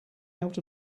out